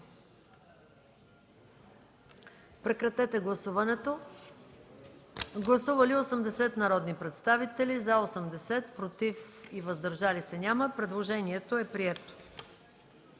подкрепен от комисията. Гласували 83 народни представители, за 83, против и въздържали се няма. Предложението е прието.